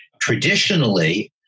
traditionally